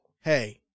Hey